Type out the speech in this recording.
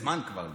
זה מזמן כבר לא,